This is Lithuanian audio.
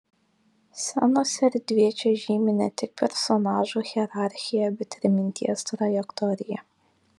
scenos erdvė čia žymi ne tik personažų hierarchiją bet ir minties trajektoriją